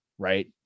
Right